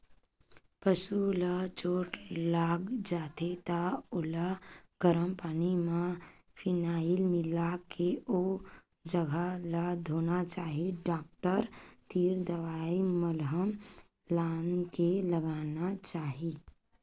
पसु ल चोट लाग जाथे त ओला गरम पानी म फिनाईल मिलाके ओ जघा ल धोना चाही डॉक्टर तीर दवई मलहम लानके लगाना चाही